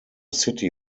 city